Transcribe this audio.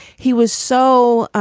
he was so